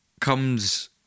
comes